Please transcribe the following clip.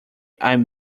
i’m